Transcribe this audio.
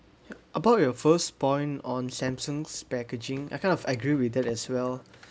about your first point on Samsung's packaging I kind of agree with that as well